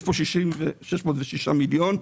יש פה 606 מיליון שקל,